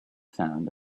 sound